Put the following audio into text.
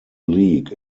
league